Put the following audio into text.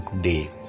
day